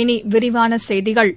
இனி விரிவான செய்திகள்